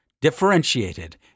differentiated